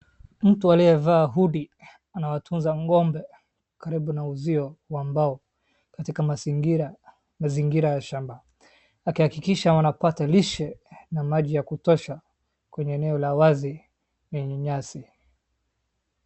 Mtu aliyevaa hoodie anawatunza ng'ombe karibu na uzio wa mbao katika mazingira ya shamba akihakikisha wanapata lishe na maji ya kutosha kwenye eneo la wazi lenye nyasi.